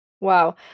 Wow